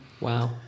Wow